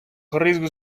гризли